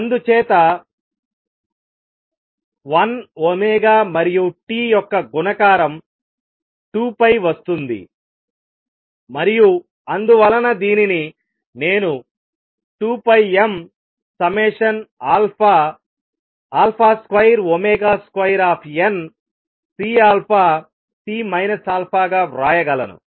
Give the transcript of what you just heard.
అందుచేత 1 మరియు t యొక్క గుణకారం 2 వస్తుంది మరియు అందువలన దీనిని నేను 2πm22CC αగా వ్రాయగలను